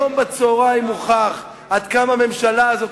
היום בצהריים הוכח עד כמה הממשלה הזאת,